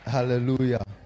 Hallelujah